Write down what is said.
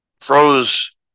froze